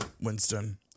Winston